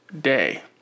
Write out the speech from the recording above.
day